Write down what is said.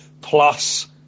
plus